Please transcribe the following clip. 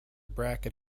bracket